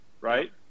right